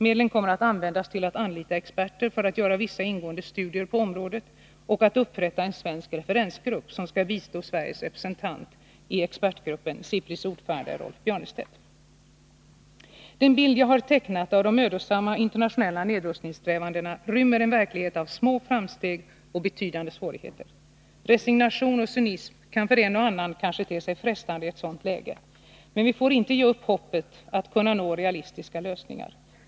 Medlen kommer att användas till att anlita experter för att göra vissa ingående studier på området och att upprätta en svensk referensgrupp, som skall bistå Sveriges representant i expertgruppen, SIPRI:s ordförande Rolf Björnerstedt. Den bild jag har tecknat av de mödosamma, internationella nedrustningssträvandena rymmer en verklighet av små framsteg och betydande svårigheter. Resignation och cynism kan för en och annan kanske te sig frestande i ett sådant läge. Men vi får inte ge upp hoppet att kunna nå realistiska lösningar.